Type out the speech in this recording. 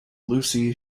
lucy